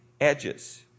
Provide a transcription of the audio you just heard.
edges